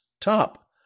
top